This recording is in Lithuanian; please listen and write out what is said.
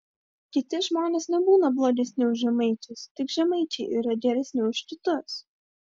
kiti žmonės nebūna blogesni už žemaičius tik žemaičiai yra geresni už kitus